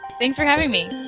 thanks for having me.